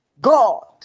God